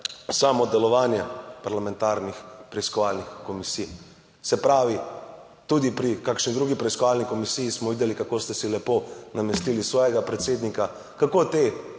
samo delovanje parlamentarnih preiskovalnih komisij. Se pravi tudi pri kakšni drugi preiskovalni komisiji smo videli, kako ste si lepo namestili svojega predsednika, kako te komisije